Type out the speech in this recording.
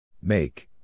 Make